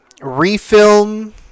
refilm